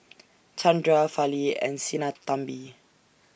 Chandra Fali and Sinnathamby